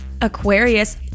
Aquarius